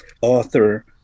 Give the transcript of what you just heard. author